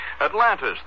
Atlantis